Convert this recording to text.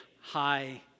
Hi